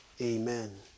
Amen